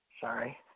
Sorry